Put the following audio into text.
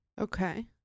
Okay